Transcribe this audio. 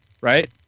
right